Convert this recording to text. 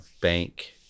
bank